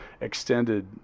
extended